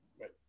Right